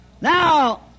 Now